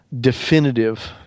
definitive